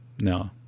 No